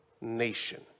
nation